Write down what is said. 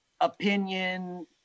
opinion